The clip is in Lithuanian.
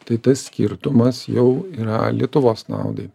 tai tas skirtumas jau yra lietuvos naudai